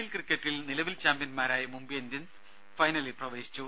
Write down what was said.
L ക്രിക്കറ്റിൽ നിലവിൽ ചാമ്പ്യൻമാരായ മുംബൈ ഇന്ത്യൻസ് ഫൈനലിൽ പ്രവേശിച്ചു